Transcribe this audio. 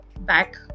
back